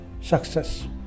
success